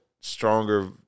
stronger